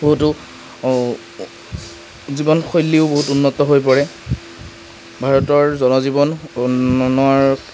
বহুতো জীৱনশৈলীও বহুত উন্নত হৈ পৰে ভাৰতৰ জনজীৱন উন্নয়নৰ